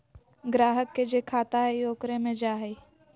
ग्राहक के जे खाता हइ ओकरे मे जा हइ